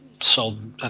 sold